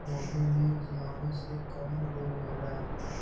गोभी में जीवाणु से कवन रोग होला?